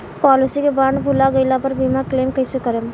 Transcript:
Policy के bond भुला गैला पर बीमा क्लेम कईसे करम?